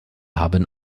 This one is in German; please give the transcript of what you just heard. haben